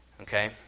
okay